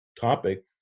topic